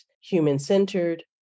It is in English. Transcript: human-centered